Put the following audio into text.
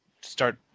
start